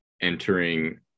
entering